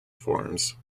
forms